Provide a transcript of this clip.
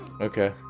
Okay